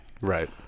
Right